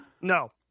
No